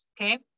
okay